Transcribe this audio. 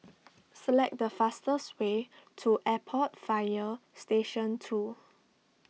select the fastest way to Airport Fire Station two